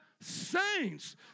saints